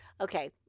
Okay